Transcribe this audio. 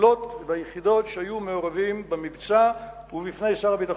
החילות והיחידות שהיו מעורבים במבצע ובפני שר הביטחון.